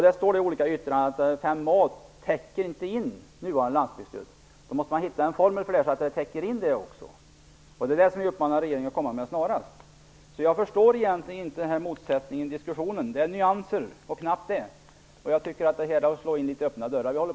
De står i olika yttranden att 5a inte täcker in nuvarande landsbygdsstöd, så då måste man hitta en form för det, så att detta täcks in. Det är ett sådant förslag som vi uppmanar regeringen att komma med snarast. Jag förstår egentligen inte motsättningen i diskussionen. Det är fråga om nyanser och knappt det. Jag tycker att det vi håller på med är att slå in öppna dörrar.